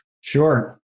Sure